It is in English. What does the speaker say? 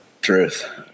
Truth